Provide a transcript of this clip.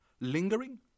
Lingering